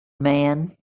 man